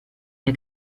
der